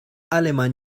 alemán